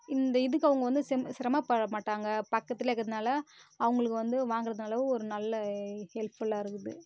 இந்த இதுக்கு அவங்க வந்து சிரமப்பட மாட்டாங்க பக்கத்தில் இருக்கறதுனால் அவங்குளுக்கு வந்து வாங்கிறதுனால நல்ல ஒரு ஹெல்ப்ஃபுல்லாக இருக்குது